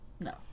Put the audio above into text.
No